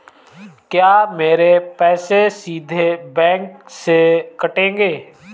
क्या मेरे पैसे सीधे बैंक से कटेंगे?